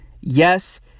Yes